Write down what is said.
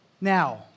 Now